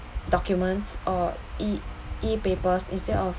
documents or e e papers instead of